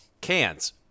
cans